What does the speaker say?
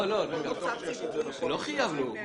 לא חייבנו.